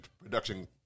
production